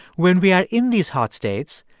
when we are in these hot states,